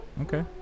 Okay